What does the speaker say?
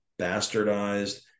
bastardized